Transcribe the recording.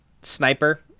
sniper